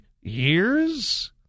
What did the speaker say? years